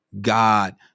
god